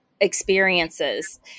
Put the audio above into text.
experiences